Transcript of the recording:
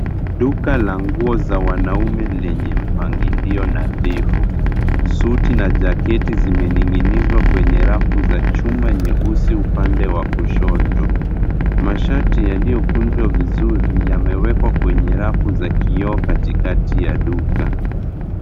Duka la nguo za wanaume lenye mpangilio nadhifu. Suti na jaketi zimening'inizwa kwenye rafu za chuma nyeusi upande wa kushoto. Mashati yaliyokunjwa vizuri yamewekwa kwenye rafu za kioo katikati ya duka.